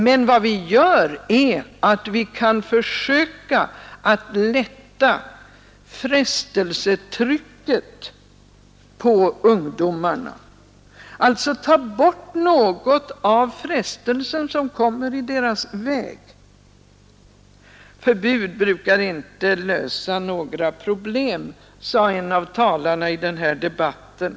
Men vad vi kan göra är att försöka lätta frestelsetrycket på ungdomarna, alltså ta bort något av den frestelse som kommer i deras väg. Förbud brukar inte lösa några problem, sade en av talarna i den här debatten.